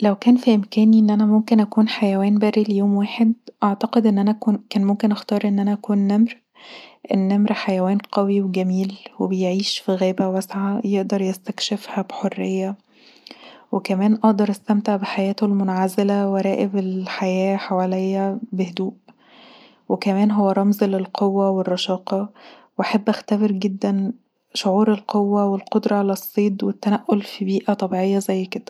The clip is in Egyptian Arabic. لو كان في امكاني اني ممكن اكون حيوان بري ليوم واحد اعتقد ان كان ممكن اختار اكون نمر النمر حيوان قوي وجميل وبيعيش في غابه واسعه يقدر يستكشفها بحريه وكمان اقدر استمتع بحياته المنعزله واراقب الحياه حواليا بهدوء وكمان هو رمز القوه والرشاقه واحب اختبر جدا شعور القوة والقدره علي الصيد والتنقل في بيئة طبيعية زي كده